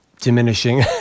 diminishing